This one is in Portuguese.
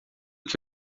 que